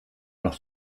noch